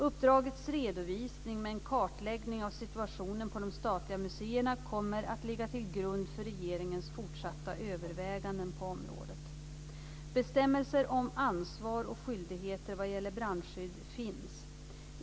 Uppdragets redovisning, med en kartläggning av situationen på de statliga museerna, kommer att ligga till grund för regeringens fortsatta överväganden på området. Bestämmelser om ansvar och skyldigheter vad gäller brandskydd finns.